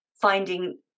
finding